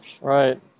Right